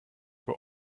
were